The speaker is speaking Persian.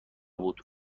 بود